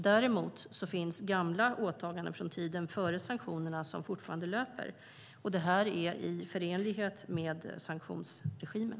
Däremot finns gamla åtaganden från tiden före sanktionerna som fortfarande löper, och det här är i förenlighet med sanktionsregimen.